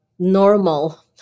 normal